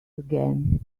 again